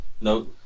No